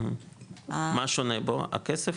מה שונה בו הכסף?